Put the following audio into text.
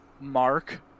Mark